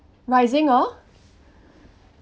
rising or